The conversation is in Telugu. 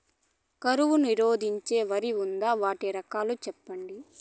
కరువు నిరోధించే వరి ఉందా? వాటి రకాలు చెప్పండి?